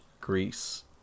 greece